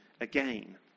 again